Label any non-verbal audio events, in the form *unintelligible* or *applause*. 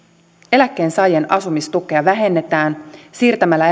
eläkkeensaajien asumistukea vähennetään siirtämällä *unintelligible*